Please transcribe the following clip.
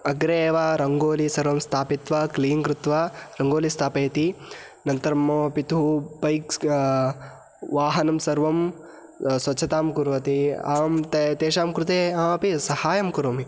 अग्रे एव रङ्गोली सर्वं स्थापित्वा क्लीन् कृत्वा रङ्गोली स्थापयति अनन्तरं मम पितुः बैक्स् वाहनं सर्वं स्वच्छतां कुर्वति अहं ते तेषां कृते अहमपि सहायं कुरोमि